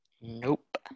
Nope